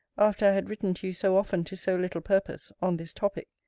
after i had written to you so often to so little purpose, on this topic.